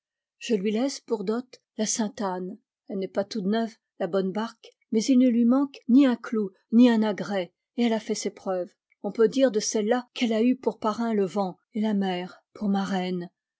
je lui laisse pour dot la sainte-anne elle n'est pas toute neuve la bonne barque mais il ne lui manque ni un clou ni un agrès et elle a fait ses preuves on peut dire de celle-là qu'elle a eu pour parrain le vent et la mer pour marraine